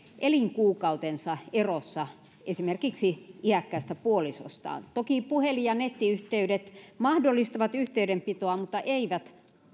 elinkuukautensa erossa esimerkiksi iäkkäästä puolisostaan toki puhelin ja nettiyhteydet mahdollistavat yhteydenpitoa mutta eivät